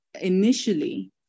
initially